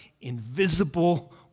invisible